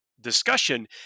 discussion